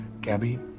Gabby